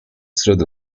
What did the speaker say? storia